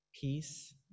peace